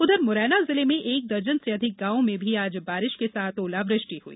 उधर मुरैना जिले में एक दर्जन से अधिक गांवों में भी आज बारिश के साथ ओलावृष्टि हुई